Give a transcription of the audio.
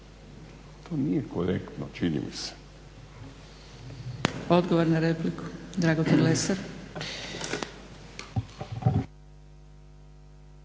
To nije korektno čini mi se.